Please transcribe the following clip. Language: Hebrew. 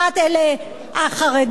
החרדים,